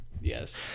yes